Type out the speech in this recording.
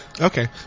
Okay